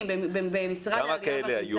כמה כאלה היו?